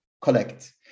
collect